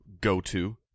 go-to